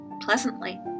pleasantly